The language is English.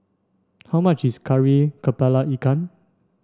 how much is Kari Kepala Ikan